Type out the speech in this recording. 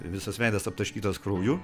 visas veidas aptaškytas krauju